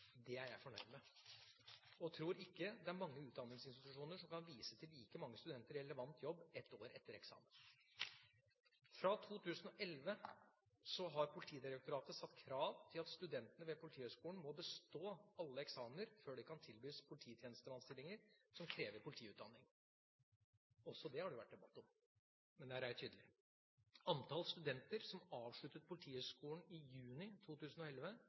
Det er jeg fornøyd med, og jeg tror ikke det er mange utdanningsinstitusjoner som kan vise til like mange studenter i relevant jobb et år etter eksamen. Fra 2011 har Politidirektoratet satt krav om at studentene ved Politihøgskolen må bestå alle eksamener før de kan tilbys polititjenestemannsstilling som krever politiutdanning. Også det har det jo vært debatt om, men der er jeg tydelig. Antall studenter som avsluttet Politihøgskolen i juni 2011,